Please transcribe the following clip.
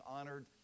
honored